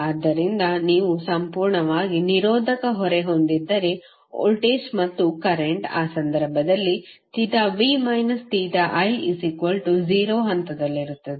ಆದ್ದರಿಂದ ನೀವು ಸಂಪೂರ್ಣವಾಗಿ ನಿರೋಧಕ ಹೊರೆ ಹೊಂದಿದ್ದರೆ ವೋಲ್ಟೇಜ್ ಮತ್ತು ಕರೆಂಟ್ ಆ ಸಂದರ್ಭದಲ್ಲಿv i0 ಹಂತದಲ್ಲಿರುತ್ತದೆ